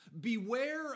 Beware